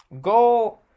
Go